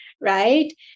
right